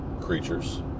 creatures